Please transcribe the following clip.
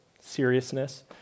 seriousness